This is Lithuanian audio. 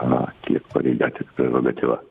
na kiek pareiga tiek prerogatyva